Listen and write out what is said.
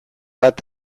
bat